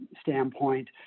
standpoint